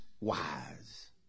wise